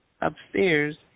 upstairs